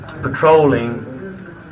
patrolling